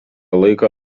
laiką